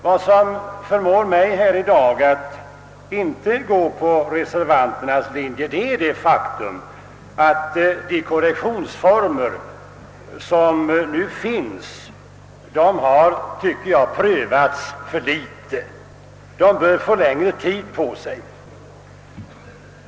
Vad som förmår mig att i dag inte gå på reservanternas linje är det faktum, att de korrektionsformer som nu finns enligt min mening har prövats för litet. De bör få längre tid på sig.